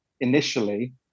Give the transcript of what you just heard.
initially